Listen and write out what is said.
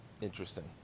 Interesting